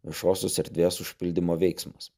viešosios erdvės užpildymo veiksmas